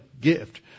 gift